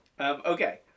Okay